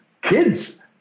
Kids